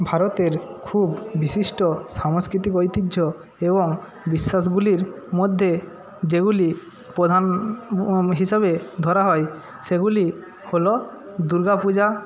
ভারতের খুব বিশিষ্ট সাংস্কৃতিক ঐতিহ্য এবং বিশ্বাসগুলির মধ্যে যেগুলি প্রধান হিসাবে ধরা হয় সেগুলি হল দুর্গা পূজা